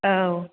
औ